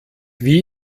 wie